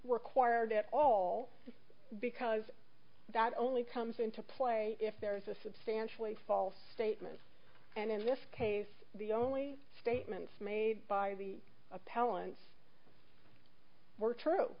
we're quired at all because that only comes into play if there is a substantially false statement and in this case the only statements made by the appellants were true